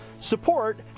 support